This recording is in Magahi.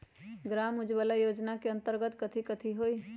ग्राम उजाला योजना के अंतर्गत कथी कथी होई?